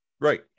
Right